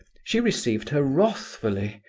she received her wrathfully,